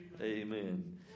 Amen